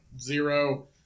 Zero